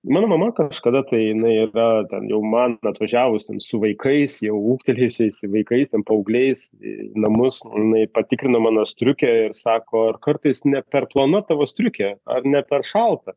mano mama kažkada tai jinai yra ten jau man atvažiavus ten su vaikais jau ūgtelėjusiais vaikais ten paaugliais į namus o jinai patikrino mano striukę ir sako ar kartais ne per plona tavo striukė ar ne per šalta